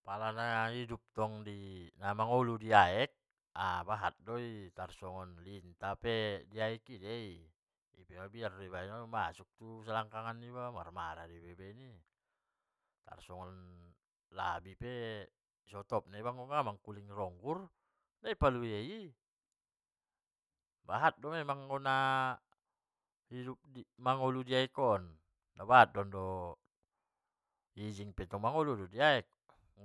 Pala na hidup tong di na mangolu di aek, bahat doi tar songon litta pe di aek i doi, tai mabiar do iba i, masuk non tu selangkangan niba marmara do iba baen ni i, tar songon labi pe, sotop na go na mangkuling ronggur naipalua ia i, bahat do emang onaaa ijing na mangolu di aek on, nabahatan do, ijing pettong mangolu do di aek,